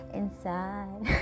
inside